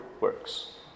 works